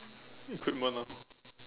equipment ah